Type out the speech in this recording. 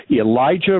Elijah